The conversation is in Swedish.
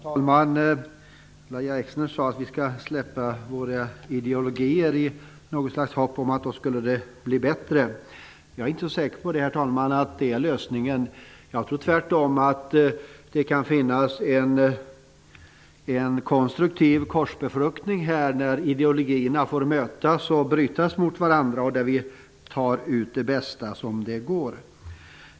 Herr talman! Lahja Exner sade att vi skall släppa våra ideologier i något slags hopp om att det skulle bli bättre då. Jag är inte så säker på att det är lösningen, herr talman. Jag tror tvärtom att det kan finnas en konstruktiv korsbefruktning när ideologierna får mötas och brytas mot varandra. Där kan vi ta ut det bästa som går.